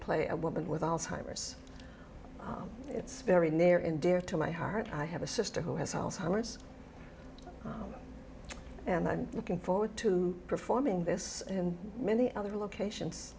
play a woman with alzheimer's it's very near and dear to my heart i have a sister who has alzheimer's and looking forward to performing this and many other locations